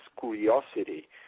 curiosity